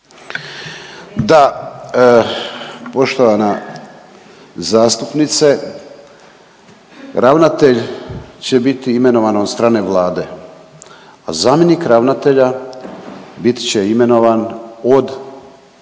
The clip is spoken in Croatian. Da, poštovana zastupnice ravnatelj će biti imenovan od strane Vlade, a zamjenik ravnatelja bit će imenovan od